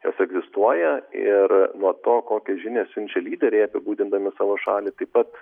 jos egzistuoja ir nuo to kokią žinią siunčia lyderiai apibūdindami savo šalį taip pat